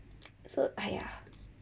是 !aiya!